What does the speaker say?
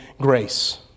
grace